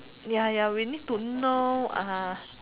ya ya we need to know a